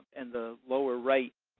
in the lower right,